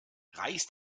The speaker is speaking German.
reiß